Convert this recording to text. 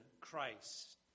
Christ